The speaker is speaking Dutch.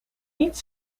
niet